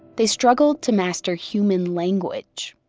they struggled to master human language,